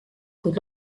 kuid